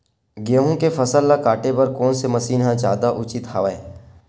गेहूं के फसल ल काटे बर कोन से मशीन ह जादा उचित हवय?